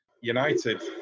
United